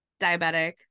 diabetic